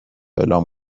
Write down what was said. اعلام